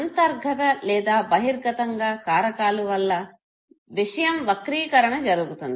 అంతర్గత లేదా బహిర్గతంగా కారకాలు వల్ల విషయం వక్రీకరణ జరుగుతుంది